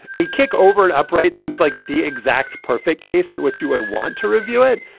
a kick over and upright seems like the exact perfect case in which you would want to review it.